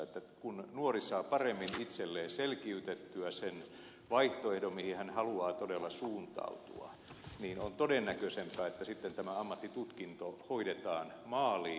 kun nuori saa paremmin itselleen selkiytettyä sen vaihtoehdon mihin hän haluaa todella suuntautua niin on todennäköisempää että sitten tämä ammattitutkinto hoidetaan maaliin